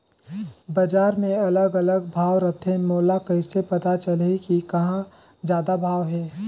बजार मे अलग अलग भाव रथे, मोला कइसे पता चलही कि कहां जादा भाव हे?